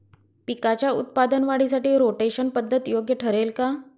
पिकाच्या उत्पादन वाढीसाठी रोटेशन पद्धत योग्य ठरेल का?